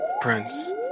Prince